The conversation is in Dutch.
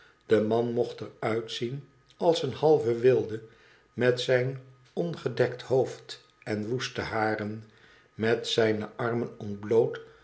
de man mocht er uitzien als een halve wilde met zijn ongedekt hoofd en woeste haren met zijne armen ontbloot